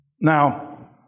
Now